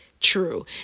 true